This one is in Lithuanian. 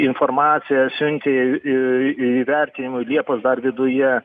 nei informaciją siuntė į į įvertinimui liepos dar viduje